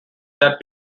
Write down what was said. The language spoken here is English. that